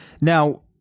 Now